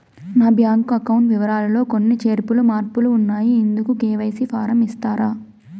నా bank account వివరాలు లో కొన్ని చేర్పులు మార్పులు ఉన్నాయి, ఇందుకు కె.వై.సి ఫారం ఇస్తారా?